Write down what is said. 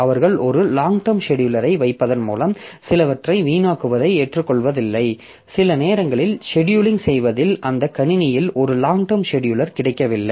அவர்கள் ஒரு long term செடியூலரை வைப்பதன் மூலம் சிலவற்றை வீணாக்குவதை ஏற்றுக்கொள்வதில்லை சில நேரங்களில் செடியூலிங் செய்வதில் அந்த கணினியில் ஒரு லாங் டெர்ம் செடியூலர் கிடைக்கவில்லை